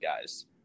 guys